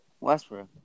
Westbrook